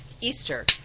Easter